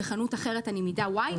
בחנות אחרת אני מידה "וואי",